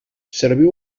serviu